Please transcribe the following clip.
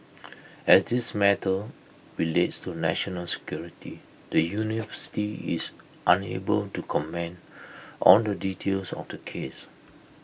as this matter relates to national security the university is unable to comment on the details of the case